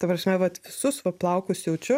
ta prasme vat visus va plaukus jaučiu